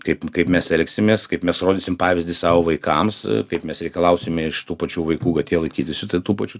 kaip kaip mes elgsimės kaip mes rodysim pavyzdį savo vaikams kaip mes reikalausim iš tų pačių vaikų kad jie laikytųsi tai tų pačių